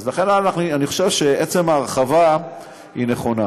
אז לכן אני חושב שעצם ההרחבה היא נכונה.